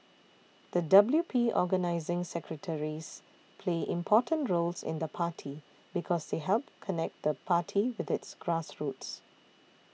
the W P organising secretaries play important roles in the party because they help connect the party with its grassroots